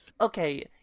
Okay